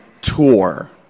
tour